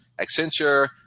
Accenture